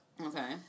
Okay